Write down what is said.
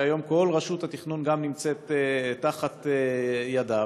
שהיום כל רשות התכנון גם נמצאת תחת ידיו,